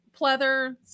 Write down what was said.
pleather